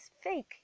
fake